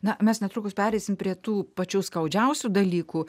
na mes netrukus pereisim prie tų pačių skaudžiausių dalykų